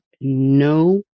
no